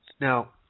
Now